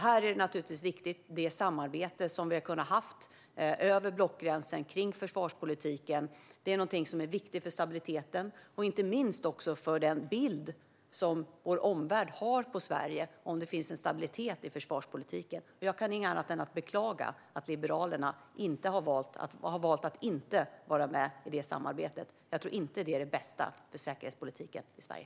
Här är det samarbete som vi har kunnat ha över blockgränsen kring försvarspolitiken någonting som är viktigt för stabiliteten och inte minst också för den bild som vår omvärld har av Sverige. Det är viktigt att det finns en stabilitet i försvarspolitiken. Jag kan inte annat än beklaga att Liberalerna har valt att inte vara med i detta samarbete. Jag tror inte att det är det bästa för säkerhetspolitiken i Sverige.